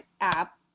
app